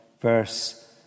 verse